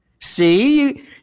See